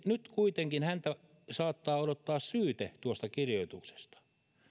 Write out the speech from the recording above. nyt kuitenkin häntä saattaa odottaa syyte tuosta kirjoituksesta